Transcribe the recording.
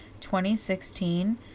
2016